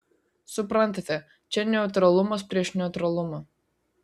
suprantate čia neutralumas prieš neutralumą